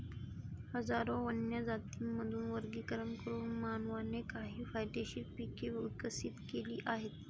हजारो वन्य जातींमधून वर्गीकरण करून मानवाने काही फायदेशीर पिके विकसित केली आहेत